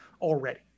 already